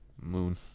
Moon